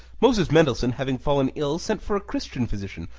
moses mendlessohn having fallen ill sent for a christian physician,